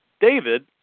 David